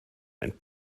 ein